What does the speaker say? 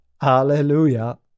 Hallelujah